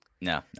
no